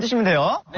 yeah meal.